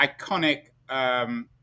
iconic